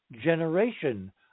generation